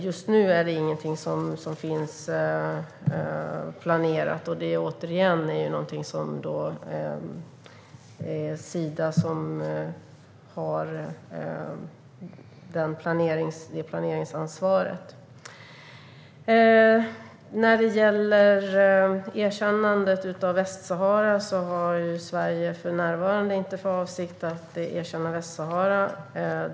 Just nu finns det inget planerat. Återigen är det Sida som har det planeringsansvaret. Sverige har för närvarande inte för avsikt att erkänna Västsahara.